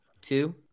Two